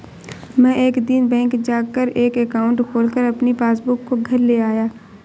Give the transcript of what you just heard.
मै एक दिन बैंक जा कर एक एकाउंट खोलकर अपनी पासबुक को घर ले आया